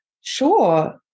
Sure